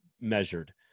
measured